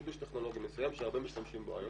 חידוש טכנולוגי מסוים שהרבה משתמשים בו היום.